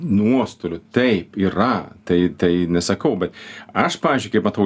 nuostolių taip yra tai tai nesakau bet aš pavyzdžiui kaip matau